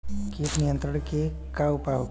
कीट नियंत्रण के का उपाय होखेला?